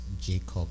Jacob